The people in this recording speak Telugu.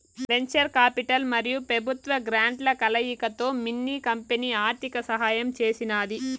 వెంచర్ కాపిటల్ మరియు పెబుత్వ గ్రాంట్ల కలయికతో మిన్ని కంపెనీ ఆర్థిక సహాయం చేసినాది